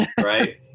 Right